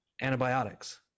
antibiotics